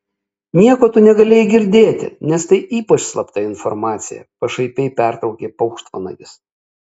nieko tu negalėjai girdėti nes tai ypač slapta informacija pašaipiai pertraukė paukštvanagis